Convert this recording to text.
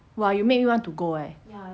!wah! you make me want to go eh